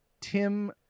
Tim